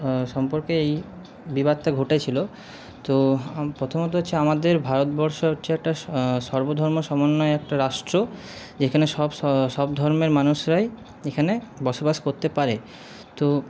সম্পর্কে এই বিবাদটা ঘটেছিলো তো প্রথমত হচ্ছে আমাদের ভারতবর্ষ হচ্ছে একটা সর্ব ধর্ম সমন্বয় একটা রাষ্ট্র যেখানে সব ধর্মের মানুষরাই এখানে বসবাস করতে পারে তো